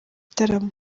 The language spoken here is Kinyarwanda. gitaramo